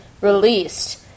released